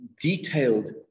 detailed